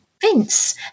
vince